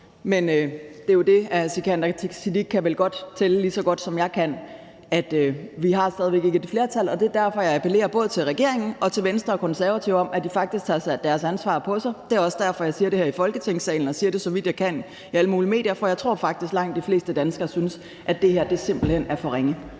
men hr. Sikandar Siddique kan vel tælle lige så godt, som jeg kan, og se, at vi stadig væk ikke har et flertal, og det er derfor, at jeg appellerer både til regeringen og til Venstre og Konservative om, at de faktisk tager deres ansvar på sig. Det er også derfor, at jeg siger det her i Folketingssalen og siger det, så vidt jeg kan, i alle mulige medier. For jeg tror faktisk, at langt de fleste danskere synes, at det her simpelt hen er for ringe.